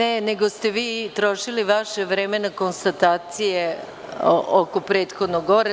Ne, nego ste vi trošili vaše vreme na konstatacije oko prethodnog govornika.